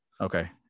Okay